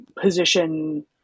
position